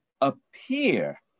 appear